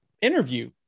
interview